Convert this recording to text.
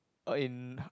uh in